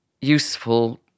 useful